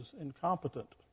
incompetent